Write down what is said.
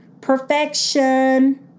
Perfection